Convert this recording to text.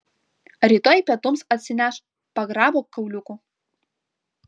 rytoj pietums atsineš pagrabo kauliukų